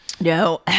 no